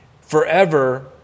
forever